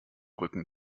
rücken